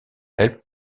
elle